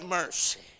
mercy